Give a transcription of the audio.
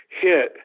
hit